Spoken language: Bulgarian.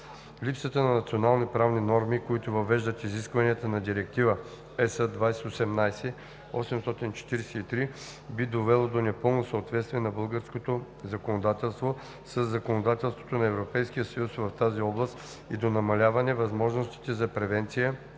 Липсата на национални правни норми, които въвеждат изискванията на Директива (ЕС) 2018/843, би довело до непълно съответствие на българското законодателство със законодателството на Европейския съюз в тази област и до намаляване възможностите за превенция